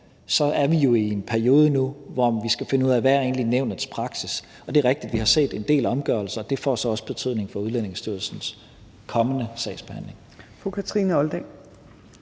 er vi i en periode nu, hvor vi skal finde ud af, hvad nævnets praksis egentlig er. Det er rigtigt, at vi har set en del omgørelser, og det får så også betydning for Udlændingestyrelsens kommende sagsbehandling.